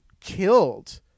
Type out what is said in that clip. killed